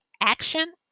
action